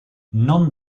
non